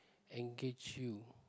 engage you